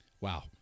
Wow